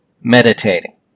meditating